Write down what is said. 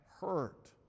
hurt